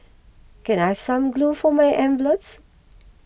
can I have some glue for my envelopes